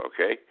okay